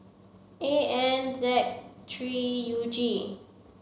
A N Z three U G